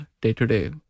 day-to-day